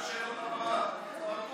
קושניר זרק אותנו רק על שאלות הבהרה, מר קושניר,